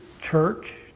church